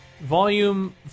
Volume